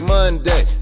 Monday